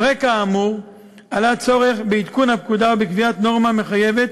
על רקע האמור עלה צורך בעדכון הפקודה ובקביעת נורמה מחייבת